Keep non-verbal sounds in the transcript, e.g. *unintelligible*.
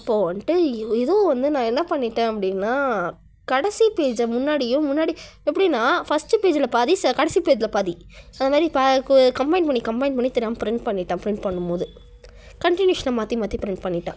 அப்போது வந்துட்டு ஏதோ வந்து நான் என்ன பண்ணிவிட்டேன் அப்படின்னா கடைசி பேஜ்ஜில் முன்னாடியும் முன்னாடி எப்படின்னா ஃபர்ஸ்ட் பேஜ்ஜில் பாதி கடைசி பேஜ்ஜில் பாதி அது மாதிரி *unintelligible* கம்பைன் பண்ணி கம்பைன் பண்ணி தெரியாமல் பிரிண்ட் பண்ணிவிட்டேன் பிரிண்ட் பண்ணும் போது கண்ட்டினியூவேஷனை மாற்றி மாற்றி பிரிண்ட் பண்ணிவிட்டேன்